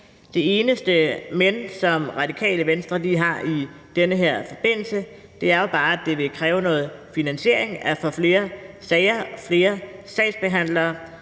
Det eneste »men«, som Radikale Venstre lige har i den her forbindelse, er, at det vil kræve noget finansiering at få flere sager behandlet og flere sagsbehandlere.